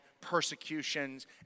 persecutions